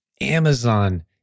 Amazon